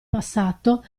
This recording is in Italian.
passato